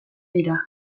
dira